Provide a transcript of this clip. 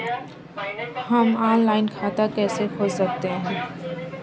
हम ऑनलाइन खाता कैसे खोल सकते हैं?